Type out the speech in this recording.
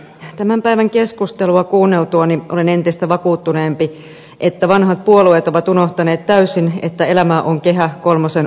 tämän päivän keskustelua kuunneltuani olen entistä vakuuttuneempi että vanhat puolueet ovat unohtaneet täysin että elämää on kehä kolmosen ulkopuolellakin